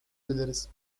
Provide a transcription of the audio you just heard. dileriz